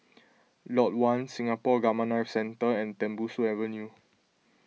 Lot one Singapore Gamma Knife Centre and Tembusu Avenue